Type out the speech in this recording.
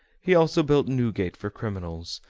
he also built newgate for criminals,